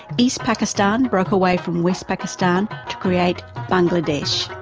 east pakistan broke away from west pakistan to create bangladesh.